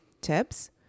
tips